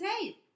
hey